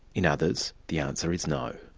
in others, the answer is no.